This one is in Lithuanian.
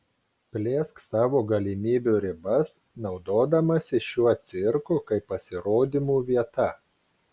plėsk savo galimybių ribas naudodamasi šiuo cirku kaip pasirodymų vieta